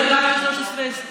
אז אל תגישו 3,000 הסתייגויות.